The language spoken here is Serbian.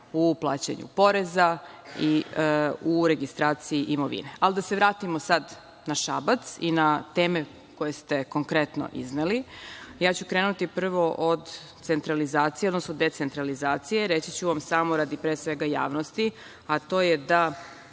u plaćanju poreza i u registraciji imovine. Ali, da se vratimo sad na Šabac i na teme koje ste konkretno izneli. Krenuću prvo od centralizacije, odnosno decentralizacije. Reći ću vam samo, pre svega, radi javnosti, a to je da